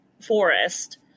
forest